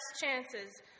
chances